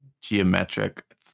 geometric